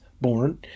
born